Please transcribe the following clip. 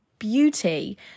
beauty